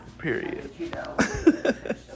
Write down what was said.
Period